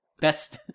best